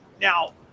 Now